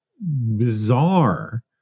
bizarre